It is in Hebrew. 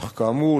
אך כאמור,